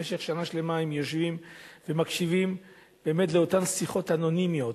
במשך שנה שלמה הם יושבים ומקשיבים לאותן שיחות אנונימיות.